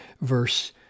verse